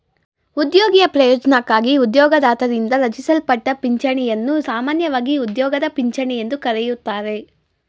ಉದ್ಯೋಗಿಯ ಪ್ರಯೋಜ್ನಕ್ಕಾಗಿ ಉದ್ಯೋಗದಾತರಿಂದ ರಚಿಸಲ್ಪಟ್ಟ ಪಿಂಚಣಿಯನ್ನು ಸಾಮಾನ್ಯವಾಗಿ ಉದ್ಯೋಗದ ಪಿಂಚಣಿ ಎಂದು ಕರೆಯುತ್ತಾರೆ